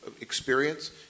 experience